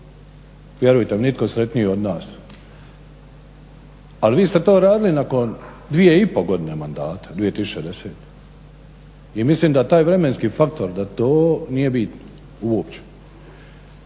vjerujte nitko sretniji od nas. Ali vi ste to radili nakon dvije i po godine mandata 2010.i mislim da taj vremenski faktor da to nije bitno uopće.